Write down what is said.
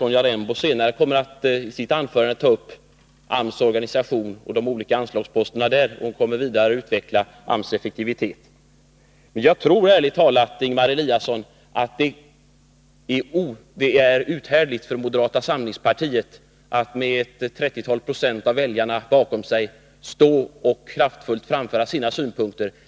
Sonja Rembo kommer senare i sitt anförande att ta upp AMS organisation och de olika anslagsposterna i det sammanhanget. Hon kommer vidare att utveckla AMS effektivitet. Jag tror ärligt talat, Ingemar Eliasson, att det är uthärdligt för moderata samlingspartiet att med 30 96 av väljarna bakom sig kraftfullt framföra sina synpunkter.